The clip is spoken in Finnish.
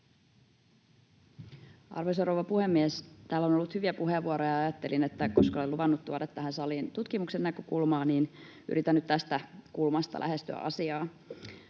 Arvoisa rouva puhemies! Täällä on ollut hyviä puheenvuoroja. Ajattelin, että koska olen luvannut tuoda tähän saliin tutkimuksen näkökulmaa, niin yritän nyt tästä kulmasta lähestyä asiaa.